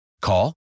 Call